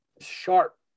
Sharp